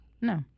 No